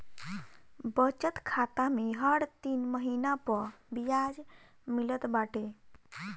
बचत खाता में हर तीन महिना पअ बियाज मिलत बाटे